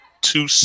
two